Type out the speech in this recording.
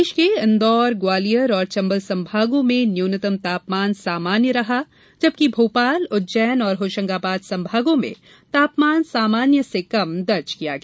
प्रदेश के इंदौर ग्वालियर और चंबल संभागों में न्यूनतम तापमान सामान्य रहा जबकि भोपाल उज्जैन और होशंगाबाद संभागों में तापमान सामान्य से कम दर्ज किया गया